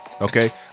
okay